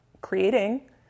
creating